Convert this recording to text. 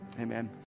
Amen